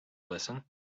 listen